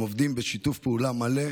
הם עובדים בשיתוף פעולה מלא,